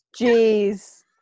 Jeez